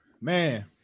man